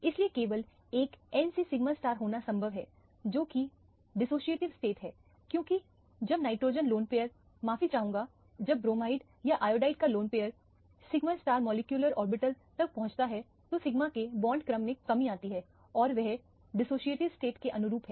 इसलिए केवल एक n से सिग्मा होना संभव है जो कि डिसोसिएटिव स्टेट हैं क्योंकि जब नाइट्रोजन लोन पैयर माफी चाहूंगा जब ब्रोमाइड या आयोडाइड का lone pair sigma star molecular orbital तक पहुंचता है तो सिग्मा के बॉन्ड क्रम में कमी आती है और वह डिसोसिएटिव स्टेट के अनुरूप है